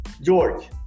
George